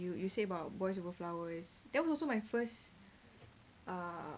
you you say about boys over flowers that was also my first uh